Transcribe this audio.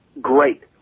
great